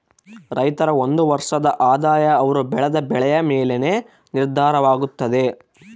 ರೈತರ ಒಂದು ವರ್ಷದ ಆದಾಯ ಅವರು ಬೆಳೆದ ಬೆಳೆಯ ಮೇಲೆನೇ ನಿರ್ಧಾರವಾಗುತ್ತದೆ